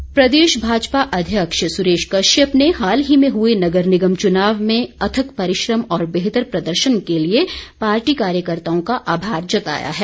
सुरेश कश्यप प्रदेश भाजपा अध्यक्ष सुरेश कश्यप ने हाल ही में हुए नगर निगम चुनाव में अथक परिश्रम और बेहतर प्रदर्शन के लिए पार्टी कार्यकर्ताओं का आभार जताया है